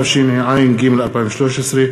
התשע"ג 2013,